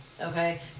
Okay